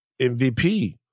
MVP